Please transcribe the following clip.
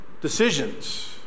Decisions